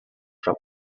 from